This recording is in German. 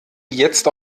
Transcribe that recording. jetzt